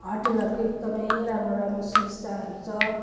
होटलहरूको एकदमै राम्रो राम्रो सुविस्ताहरू छ